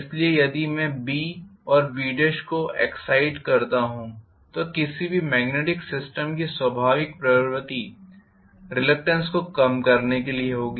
इसलिए यदि मैं B और B को एक्साइट करता हूं तो किसी भी मॅग्नेटिक सिस्टम की स्वाभाविक प्रवृत्ति रिलक्टेन्स को कम करने के लिए होगी